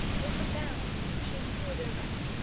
with a bound she stood erect,